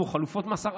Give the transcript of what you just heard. כמו חלופות מאסר,